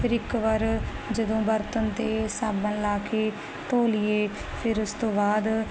ਫਿਰ ਇੱਕ ਵਾਰ ਜਦੋਂ ਬਰਤਨ ਤੇ ਸਾਬਣ ਲਾ ਕੇ ਧੋ ਲਈਏ ਫਿਰ ਉਸ ਤੋਂ ਬਾਅਦ